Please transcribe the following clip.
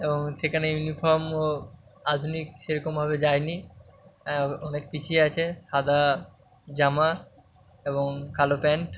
এবং সেখানে ইউনিফর্মও আধুনিক সেরকমভাবে যায়নি অনেক পিছিয়ে আছে সাদা জামা এবং কালো প্যান্ট